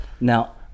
Now